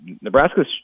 Nebraska's